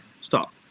stop